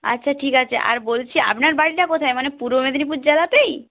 আচ্ছা ঠিক আছে আর বলছি আপনার বাড়িটা কোথায় মানে পূর্ব মেদিনীপুর জায়গাতেই